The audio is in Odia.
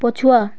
ପଛୁଆ